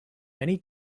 many